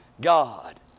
God